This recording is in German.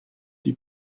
die